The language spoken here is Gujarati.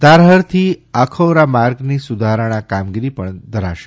ધારહર થી આખૌરા માર્ગની સુધારણા કામગીરી પણ ધરાશે